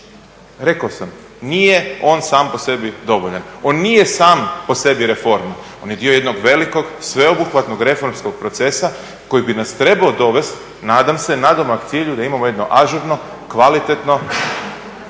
sam nije on sam po sebi dovoljan, on nije sam po sebi reforma, on je dio jednog velikog sveobuhvatnog reformskog procesa koji bi nas trebao dovesti nadam se nadomak cilju da imamo jedno ažurno, kvalitetno